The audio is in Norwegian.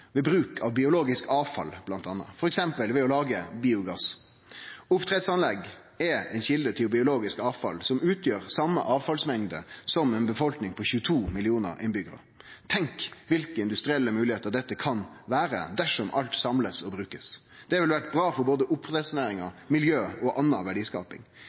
ved bruk av biologisk avfall, f.eks. ved å lage biogass. Oppdrettsanlegg er ei kjelde til biologisk avfall som utgjer same avfallsmengd som ei befolkning på 22 millionar innbyggjarar. Tenk kva industrielle moglegheiter dette kan gi dersom alt blir samla og brukt. Det ville ha vore bra for både oppdrettsnæringa, miljøet og anna verdiskaping.